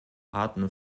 arten